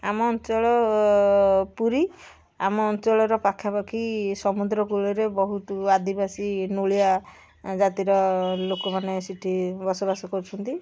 ଆମ ଅଞ୍ଚଳ ପୁରୀ ଆମ ଅଞ୍ଚଳର ପାଖାପାଖି ସମୁଦ୍ର କୂଳରେ ବହୁତ ଆଦିବାସୀ ନୋଳିଆ ଜାତିର ଲୋକମାନେ ସେଠି ବସବାସ କରୁଛନ୍ତି